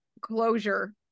closure